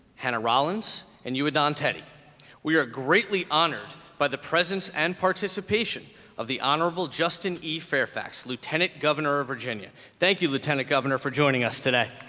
hannah rollins, and you adnan and and teddy we are greatly honored by the presence and participation of the honorable justin e. fairfax lieutenant governor of virginia thank you lieutenant governor for joining us today